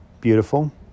beautiful